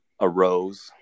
arose